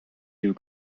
you